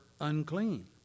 unclean